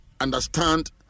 understand